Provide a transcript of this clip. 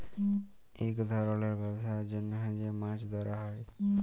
ইক ধরলের ব্যবসার জ্যনহ যে মাছ ধ্যরা হ্যয়